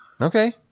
Okay